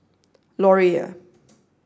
Laurier